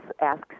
asks